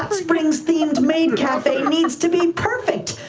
ah springs-themed maid cafe needs to be perfect.